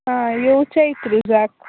आं येवचें इंत्रुजाक